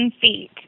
feet